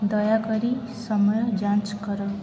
ଦୟାକରି ସମୟ ଯାଞ୍ଚ୍ କର